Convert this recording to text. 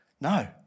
No